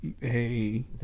hey